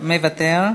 מוותר.